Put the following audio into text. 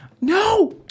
No